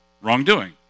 wrongdoing